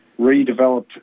redeveloped